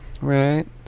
Right